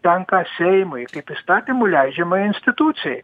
tenka seimui kaip įstatymų leidžiamajai institucijai